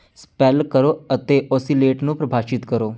spell ਕਰੋ ਅਤੇ oscillate ਨੂੰ ਪਰਿਭਾਸ਼ਿਤ ਕਰੋ